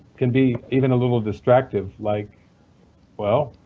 can be even a little distractive, like well,